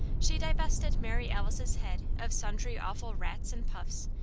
she divested mary alice's head of sundry awful rats and puffs,